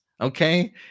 okay